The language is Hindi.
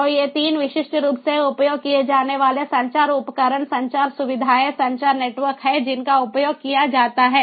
तो ये 3 विशिष्ट रूप से उपयोग किए जाने वाले संचार उपकरण संचार सुविधाएं संचार नेटवर्क हैं जिनका उपयोग किया जाता है